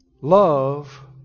Love